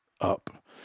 up